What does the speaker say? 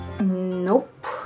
Nope